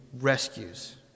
rescues